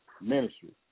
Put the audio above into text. Ministry